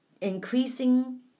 increasing